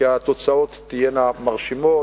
כי התוצאות תהיינה מרשימות.